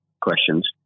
questions